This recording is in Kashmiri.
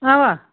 اَوا